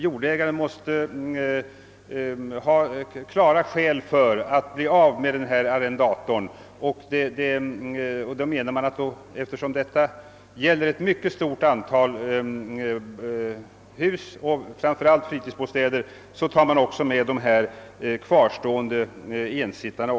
Jordägaren måste ha klara skäl för att bli av med arrendatorn. Detta gäller ett mycket stort antal hus — framför allt fritidsbostäder — och däri innefattas också de kvarvarande ensittarna.